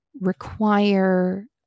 require